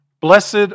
Blessed